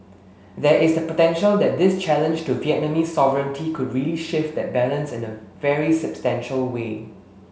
there is the potential that this challenge to Vietnamese sovereignty could really shift that balance in a very substantial way